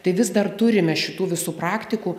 tai vis dar turime šitų visų praktikų